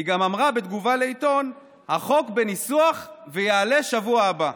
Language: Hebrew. היא גם אמרה בתגובה לעיתון שהחוק בניסוח ויעלה בשבוע הבא.